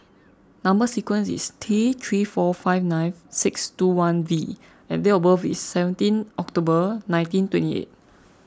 Number Sequence is T three four five nine six two one V and date of birth is seventeen October nineteen twenty eight